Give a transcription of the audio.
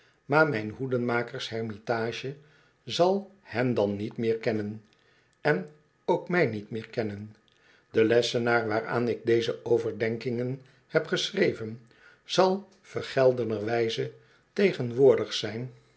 maar mijn hoedenmakershermitage zal hen dan niet meer kennen en ook mij niet meer kennen de lessenaar waaraan ik deze overdenkingen heb geschreven zal vergeldenderwijze tegenwoordig zijn